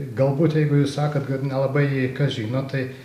galbūt jeigu jūs sakot kad nelabai jį kas žino tai